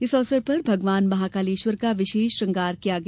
इस अवसर पर भगवान महाकालेश्वर का विशेष श्रंगार किया गया